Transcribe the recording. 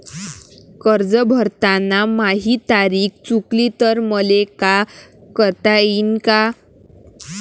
कर्ज भरताना माही तारीख चुकली तर मले का करता येईन?